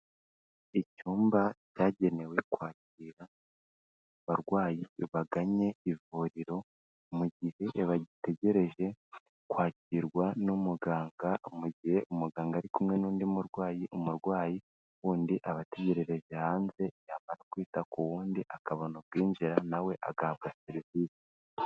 Icyumba cyagenewe kwakira abarwayi baganye ivuriro, mu gihe bagitegereje kwakirwa n'umuganga mu gihe umuganga ari kumwe n'undi murwayi, umurwayi wundi aba ategerereje hanze, yamara kwita ku wundi akabona ubwinjira na we agahabwa serivisi.